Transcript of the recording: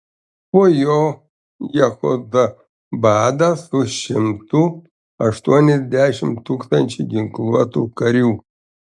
po jo jehozabadas su šimtu aštuoniasdešimt tūkstančių ginkluotų karių